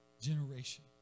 generation